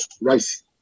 rice